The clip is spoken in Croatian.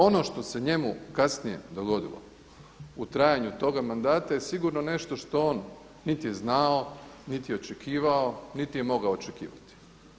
Ono što se njemu kasnije dogodilo u trajanju toga mandata je sigurno nešto što niti je znao, niti očekivao niti je mogao očekivati.